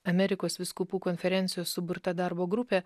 amerikos vyskupų konferencijų suburta darbo grupė